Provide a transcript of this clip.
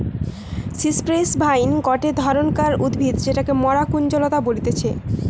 cypress vine গটে ধরণকার উদ্ভিদ যেটাকে মরা কুঞ্জলতা বলতিছে